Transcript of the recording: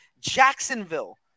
Jacksonville